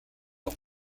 ans